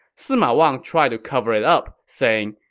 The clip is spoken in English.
sima wang tried to cover it up, saying,